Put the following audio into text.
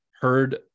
heard